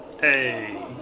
Hey